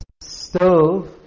stove